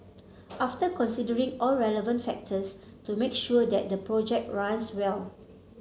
after considering all relevant factors to make sure that the project runs well